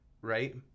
right